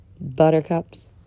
buttercups